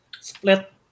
Split